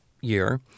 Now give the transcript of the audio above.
year